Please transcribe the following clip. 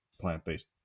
plant-based